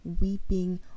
weeping